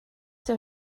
der